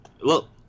look